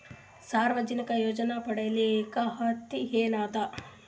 ಸಾಮಾಜಿಕ ಯೋಜನೆ ಪಡಿಲಿಕ್ಕ ಅರ್ಹತಿ ಎನದ?